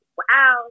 wow